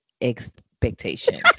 expectations